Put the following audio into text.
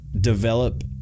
develop